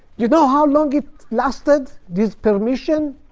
you know how long it lasted, this permission?